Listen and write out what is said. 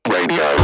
Radio